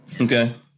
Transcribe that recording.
Okay